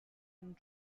and